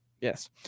Yes